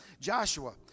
Joshua